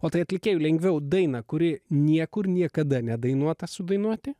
o tai atlikėjui lengviau dainą kuri niekur niekada nedainuota sudainuoti